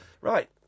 Right